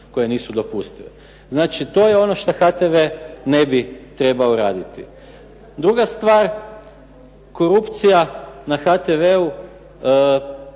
koje nisu dopustive. Znači to je ono što HTV ne bi trebao raditi. Druga stvar. Korupcija na HTV-u